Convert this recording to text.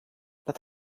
that